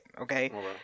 okay